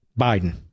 Biden